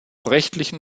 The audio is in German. rechtlichen